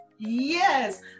Yes